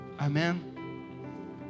amen